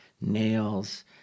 nails